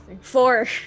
Four